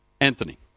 Anthony